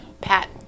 Pat